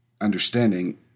understanding